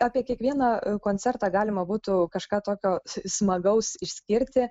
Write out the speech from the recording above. apie kiekvieną koncertą galima būtų kažką tokio smagaus išskirti